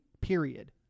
period